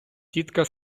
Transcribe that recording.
тітка